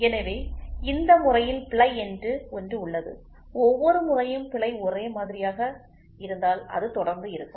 எனவே இந்த முறையில் பிழை என்று ஒன்று உள்ளது ஒவ்வொரு முறையும் பிழை ஒரே மாதிரியாக இருந்தால் அது தொடர்ந்து இருக்கும்